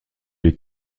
les